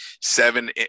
Seven